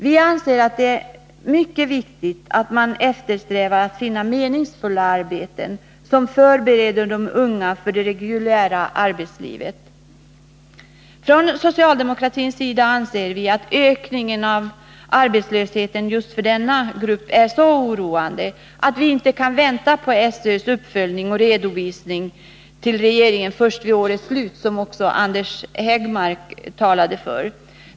Vi anser att det är viktigt att man eftersträvar att finna meningsfulla arbeten som förbereder de unga för det reguljära arbetslivet. Från socialdemokratins sida anser vi att ökningen av arbetslösheten just för denna grupp är så oroande att vi inte kan vänta på SÖ:s uppföljning och redovisning till regeringen vid årets slut, som Anders Högmark talade för.